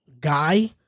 guy